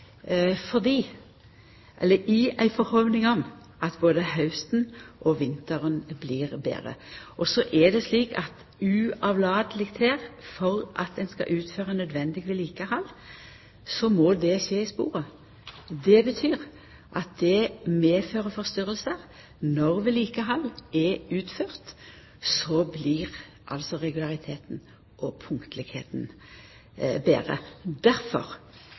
i eit håp om at både hausten og vinteren blir betre. Og så er det uavlateleg slik at for at ein skal utføra nødvendig vedlikehald, må det skje i sporet. Det betyr forstyrringar. Når vedlikehaldet er utført, blir altså regulariteten og punktlegheita betre.